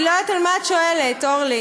איך הצבעתם על החוק?